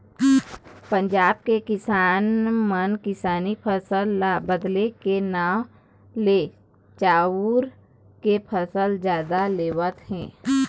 पंजाब के किसान मन किसानी फसल ल बदले के नांव ले चाँउर के फसल जादा लेवत हे